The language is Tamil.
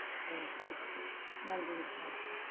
சரிங்க சார் நன்றிங்க சார்